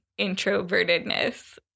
introvertedness